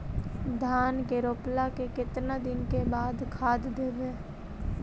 धान के रोपला के केतना दिन के बाद खाद देबै?